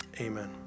Amen